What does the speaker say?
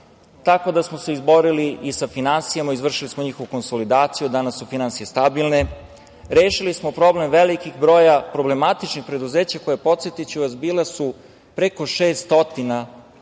tako da smo se izborili i sa finansijama, izvršili smo njihovu konsolidaciju. Danas su finansije stabilne. Rešili smo problem velikog broja problematičnih preduzeća kojih, podsetiću vas, je bilo preko 600